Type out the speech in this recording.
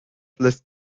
lässt